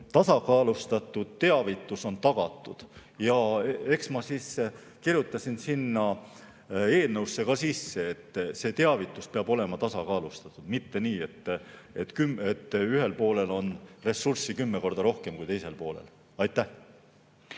tõepoolest seadusega tagatud. Eks ma kirjutasin sinna eelnõusse ka sisse, et teavitus peab olema tasakaalustatud, mitte nii, et ühel poolel on ressurssi kümme korda rohkem kui teisel poolel. Siim